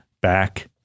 back